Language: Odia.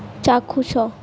ଚାକ୍ଷୁଷ